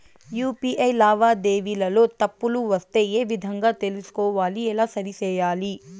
UPI లావాదేవీలలో తప్పులు వస్తే ఏ విధంగా తెలుసుకోవాలి? ఎలా సరిసేయాలి?